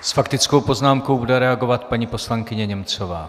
S faktickou poznámkou bude reagovat paní poslankyně Němcová.